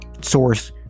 source